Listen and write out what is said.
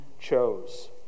chose